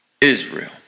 Israel